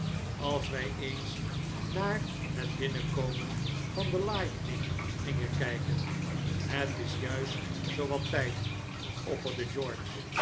als wij eens naar het binnenkomen van de lightning gingen kijken het is juist zoowat tijd opperde george